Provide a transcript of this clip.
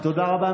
תודה רבה.